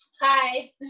Hi